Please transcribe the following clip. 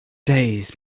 days